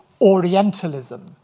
Orientalism